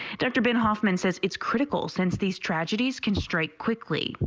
dr. ben hoffman says it's critical since these tragedies can strike quickly.